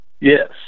Yes